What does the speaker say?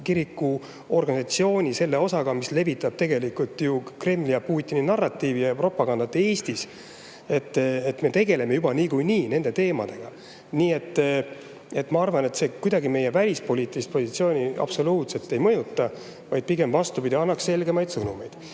kiriku organisatsiooni selle osaga, mis levitab Eestis Kremli ja Putini narratiivi ja propagandat. Me tegeleme juba niikuinii nende teemadega. Nii et ma arvan, et meie välispoliitilist positsiooni see absoluutselt ei mõjutaks, pigem, vastupidi, annaks selgemaid sõnumeid.